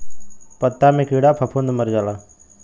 पत्ता मे कीड़ा फफूंद मर जाला